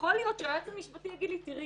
יכול להיות שהיועץ המשפטי יגיד לי: תראי,